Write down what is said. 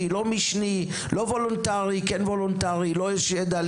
או משנה; לא וולונטרי או לא וולונטרי; לו יש ידע,